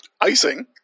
icing